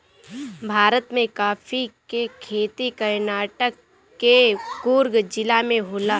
भारत में काफी के खेती कर्नाटक के कुर्ग जिला में होला